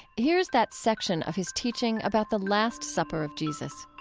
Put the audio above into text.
here's that section of his teaching about the last supper of jesus